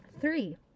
three